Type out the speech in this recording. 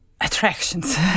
attractions